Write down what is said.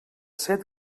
set